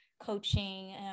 coaching